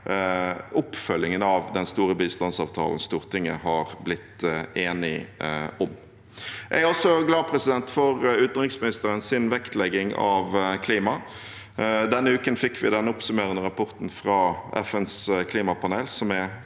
oppfølgingen av den store bistandsavtalen Stortinget har blitt enige om. Jeg er også glad for utenriksministerens vektlegging av klima. Denne uken fikk vi den oppsummerende rapporten fra FNs klimapanel, som er